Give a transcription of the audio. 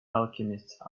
alchemist